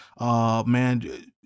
Man